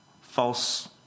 false